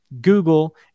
Google